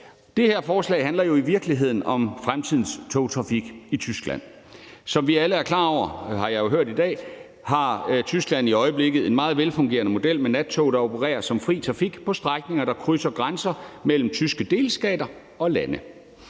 Det her forslag handler jo i virkeligheden om fremtidens togtrafik i Tyskland. Som vi alle er klar over, det har jeg jo hørt i dag, har Tyskland i øjeblikket en meget velfungerende model med nattog, der opererer som fri trafik på strækninger, der krydser grænser mellem tyske delstater og lande.